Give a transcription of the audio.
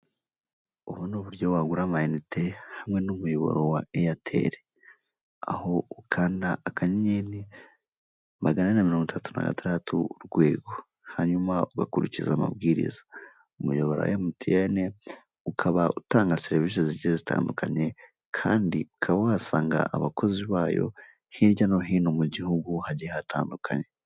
Ubu ni uburyo wagura amayinite hamwe n'umuyoboro waeyateri, aho ukanda akanyenyeri magana na ane mirongo itatu na gatandatu urwego hanyuma ugakurikiza amabwiriza umuyoboro MTN ukaba utanga serivisi zigiye zitandukanye kandi ukaba wasanga abakozi bayo hirya no hino mu gihugu hagiye hatandukanye.